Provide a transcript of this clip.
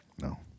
No